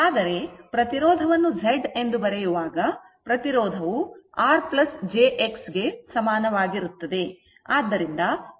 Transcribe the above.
ಆದರೆ ಪ್ರತಿರೋಧವನ್ನು z ಎಂದು ಬರೆಯುವಾಗ ಪ್ರತಿರೋಧವು r jx ಕ್ಕೆ ಸಮವಾಗಿರುತ್ತದೆ